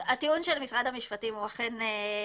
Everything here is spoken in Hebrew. כפי שכרמית אמרה,